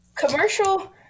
Commercial